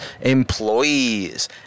employees